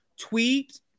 tweet